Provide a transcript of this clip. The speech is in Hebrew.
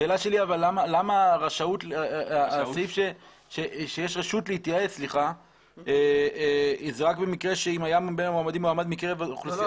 השאלה שלי למה יש רשות להתייעץ רק במקרה שהיה מקרב המועמדים וכולי.